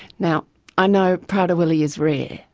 now i know prader-willi is rare.